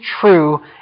true